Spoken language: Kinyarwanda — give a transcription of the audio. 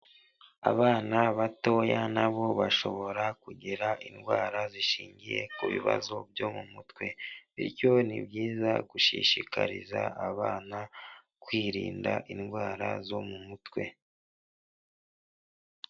Abana batoya nabo bashobora kugira indwara zishingiye ku bibazo byo mu mutwe. Bityo ni byiza gushishikariza abana kwirinda indwara zo mu mutwe.